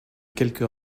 quelques